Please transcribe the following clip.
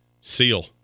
seal